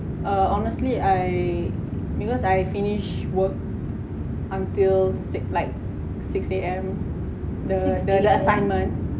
err honestly I because I finish work until like six like six A_M the the assignment